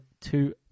two